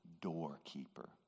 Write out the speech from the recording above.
doorkeeper